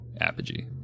apogee